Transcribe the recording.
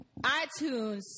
iTunes